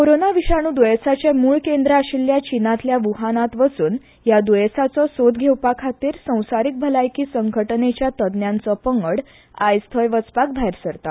कोरोना विशाणू दुयेंसाचें मूळ केंद्र आशिल्ल्या चीनांतल्या व्रहानांत वचून ह्या द्येंसाचो सोद घेवपा खातीर संवसारीक भलायकी संघटणेच्या तज्ञांचो पंगड आज थंय वचपाक भायर सरता